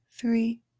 three